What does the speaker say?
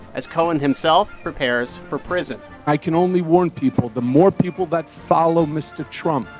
as cohen himself prepares for prison i can only warn people, the more people that follow mr. trump,